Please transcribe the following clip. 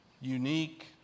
unique